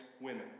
women